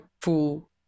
fool